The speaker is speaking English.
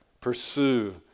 pursue